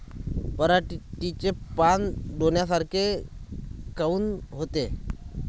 पराटीचे पानं डोन्यासारखे काऊन होते?